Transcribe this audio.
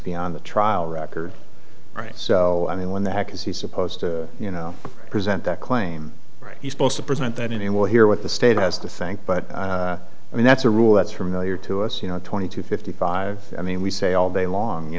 beyond the trial record right so i mean when the heck is he supposed to you know present that claim he's supposed to present that anymore here what the state has to thank but i mean that's a rule that's from the year to us you know twenty to fifty five i mean we say all day long you